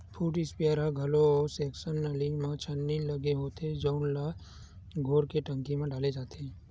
foot sprayer म घलो section नली म छन्नी लगे होथे जउन ल घोर के टंकी म डाले जाथे